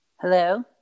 Hello